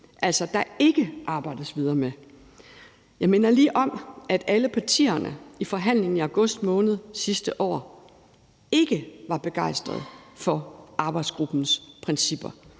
der ikke arbejdes videre med. Jeg minder lige om, at alle partierne i forhandlingen i august måned sidste år ikke var begejstrede for arbejdsgruppens principper.